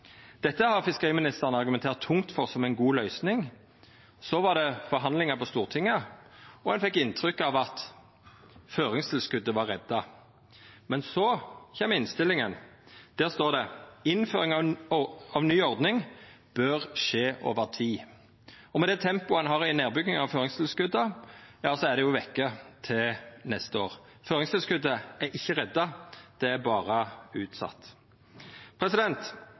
Dette har fiskeriministeren argumentert tungt for som ei god løysing. Så var det forhandlingar på Stortinget, og ein fekk inntrykk av at føringstilskotet var redda. Men så kjem innstillinga. Der står det: «Flertallet mener at innføring av en ny ordning bør skje over tid.» Med det tempoet ein har i nedbygginga av føringstilskotet er det jo vekke til neste år. Føringstilskotet er ikkje redda, det er berre utsett.